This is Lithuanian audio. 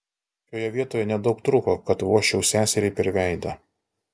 šioje vietoje nedaug trūko kad vožčiau seseriai per veidą